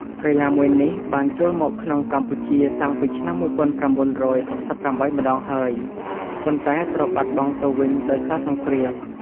កីឡាមួយនេះបានចូលមកក្នុងកម្ពុជាតាំងពីឆ្នាំ១៩៦៨ ម្ដងហើយ ប៉ុន្តែត្រូវបាត់បង់ទៅវិញដោយសារសង្គ្រាម ។